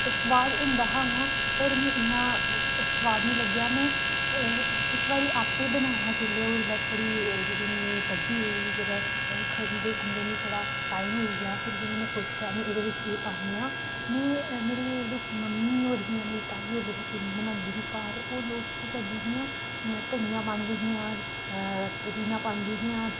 सुआद होंदा हा उ'आं पर मी इ'न्ना सुआद निं लग्गेआ में इक बारी आप्पे बनाया हा जिल्लै ओह् जेल्लै थोह्ड़ी जेह्ड़ी में बड्डी होई जेल्लै खंदे खंदे मी थोह्ड़ा टाइम होई गेआ फिर जिल्लै में सोच्चेआ में एह्दे बिच्च एह् पान्नी आं में मेरी जेह्ड़ी मम्मी होर हियां मेरी ताई होर जेल्लै किम्ब बनांदियां हियां घर ओह् लोक केह् करदियां हियां धनिया पांदियां हियां पुदीना पांदियां हियां